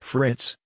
Fritz